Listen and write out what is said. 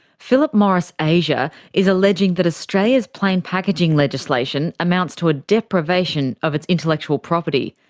philip morris asia is alleging that australia's plain packaging legislation amounts to a deprivation of its intellectual property,